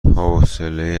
حوصله